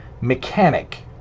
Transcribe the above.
mechanic